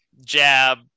jab